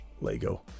Lego